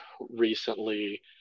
recently